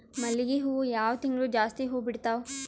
ಮಲ್ಲಿಗಿ ಹೂವು ಯಾವ ತಿಂಗಳು ಜಾಸ್ತಿ ಹೂವು ಬಿಡ್ತಾವು?